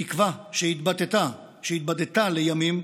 בתקווה, שהתבדתה, לימים